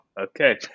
okay